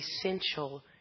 essential